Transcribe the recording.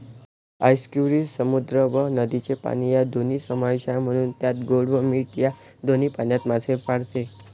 आस्कियुरी समुद्र व नदीचे पाणी या दोन्ही समावेश आहे, म्हणून त्यात गोड व मीठ या दोन्ही पाण्यात मासे पाळते